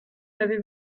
l’avez